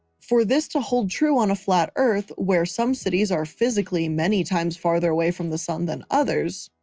for this to hold true on a flat earth, where some cities are physically many times farther away from the sun than others,